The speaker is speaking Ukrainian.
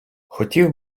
хотів